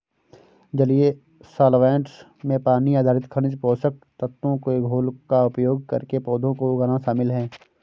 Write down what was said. जलीय सॉल्वैंट्स में पानी आधारित खनिज पोषक तत्वों के घोल का उपयोग करके पौधों को उगाना शामिल है